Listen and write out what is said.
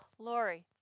Lori